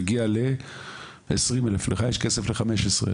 מגיע ל-20,000 ולך יש כסף ל-15,000.